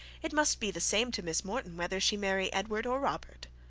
it must be the same to miss morton whether she marry edward or robert.